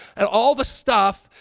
and all the stuff,